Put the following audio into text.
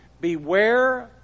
Beware